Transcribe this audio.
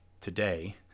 today